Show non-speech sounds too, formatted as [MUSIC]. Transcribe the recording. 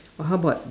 [NOISE] but how about